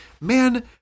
man